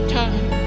time